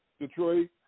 Detroit